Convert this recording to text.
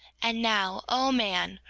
and now, o man,